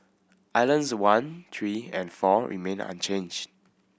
islands one three and four remained unchanged